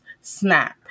SNAP